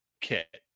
kit